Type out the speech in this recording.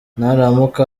naramuka